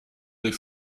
des